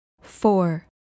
four